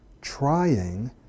trying